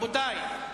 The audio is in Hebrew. רבותי.